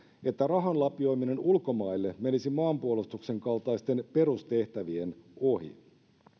että rahan lapioiminen ulkomaille menisi maanpuolustuksen kaltaisten perustehtävien ohi